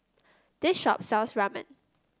this shop sells Ramen